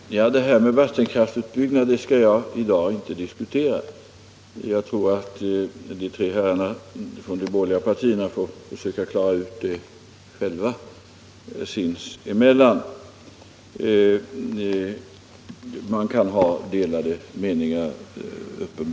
Nr 58 Herr talman! Det här med vattenkraftsutbyggnad skall jag i dag inte diskutera. Jag tror att de tre herrarna från de borgerliga partierna får försöka klara ut det själva sinsemellan. Man kan uppenbarligen hadelade I meningar om det.